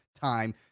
time